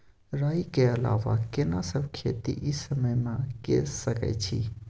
राई के अलावा केना सब खेती इ समय म के सकैछी?